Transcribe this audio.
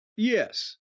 Yes